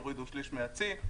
הורידו שליש מהצי.